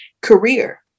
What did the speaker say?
career